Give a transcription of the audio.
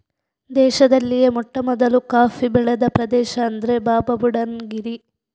ದೇಶದಲ್ಲಿಯೇ ಮೊಟ್ಟಮೊದಲು ಕಾಫಿ ಬೆಳೆದ ಪ್ರದೇಶ ಅಂದ್ರೆ ಬಾಬಾಬುಡನ್ ಗಿರಿ